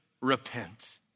repent